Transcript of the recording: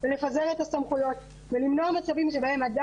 לא בשליטה של אף